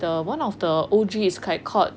the one of the O_G is like called